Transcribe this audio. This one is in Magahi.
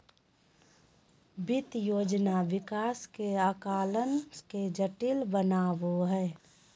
वित्त योजना विकास के आकलन के जटिल बनबो हइ